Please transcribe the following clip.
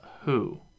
who